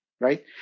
right